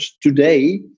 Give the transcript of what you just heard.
Today